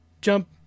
jump